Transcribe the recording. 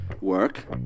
work